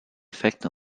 effect